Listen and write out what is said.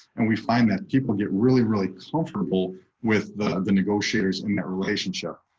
and we find that people get really, really comfortable with the the negotiators in that relationship.